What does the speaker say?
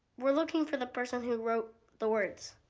we're looking for the person who wrote the words.